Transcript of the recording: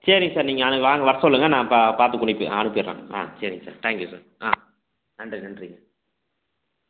சரிங் சார் நீங்கள் வாங்க வர சொல்லுங்க நான் பா பார்த்து அனுப்பிடுறன் ஆ சரிங்க சார் தேங்கியூ சார் ஆ நன்றி நன்றிங்க